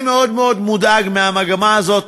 אני מאוד מאוד מודאג מהמגמה הזאת,